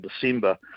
December